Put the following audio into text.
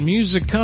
Music